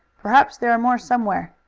perhaps there are more somewhere.